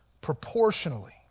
proportionally